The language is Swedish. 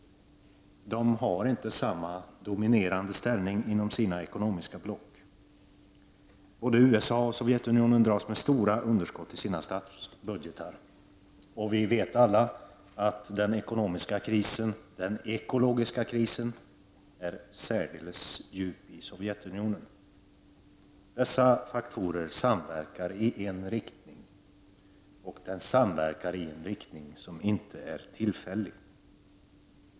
De har inte samma dominerande ställning som tidigare inom sina ekonomiska block. Både USA och Sovjetunionen dras med stora underskott i sina statsbudgetar, och vi vet alla att den ekonomiska och ekologiska krisen är särdeles djup i Sovjetunionen. Dessa faktorer samverkar i en riktning, och deras samverkan i denna riktning är inte tillfällig.